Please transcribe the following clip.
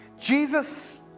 Jesus